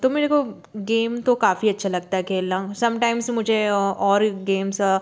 तो मेरे को गेम तो काफ़ी अच्छा लगता है खेलना समटाइम्स मुझे और गेम्स